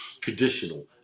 traditional